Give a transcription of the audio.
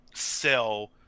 sell